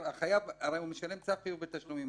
הזוכה הרי משלם בתשלומים,